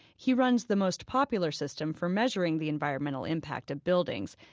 he runs the most popular system for measuring the environmental impact of buildings.